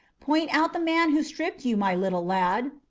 point out the man who stripped you, my little lad,